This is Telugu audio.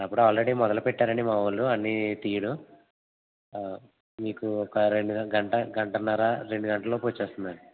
అప్పుడు ఆల్రెడీ మొదలు పెట్టారండి మా వాళ్ళు అన్నీ తీయడం మీకు ఒక రెండుగ గంట గంటన్నర రెండుగంటల లోపు వస్తుంది అండి